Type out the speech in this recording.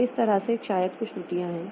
तो इस तरह से शायद कुछ त्रुटियां हैं